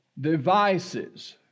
devices